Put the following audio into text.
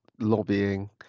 lobbying